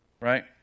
Right